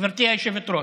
גברתי היושבת-ראש,